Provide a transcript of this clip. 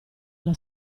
alla